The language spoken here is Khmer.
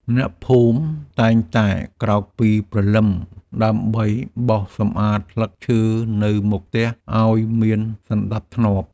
អ្នកភូមិតែងតែក្រោកពីព្រលឹមដើម្បីបោសសម្អាតស្លឹកឈើនៅមុខផ្ទះឱ្យមានសណ្តាប់ធ្នាប់។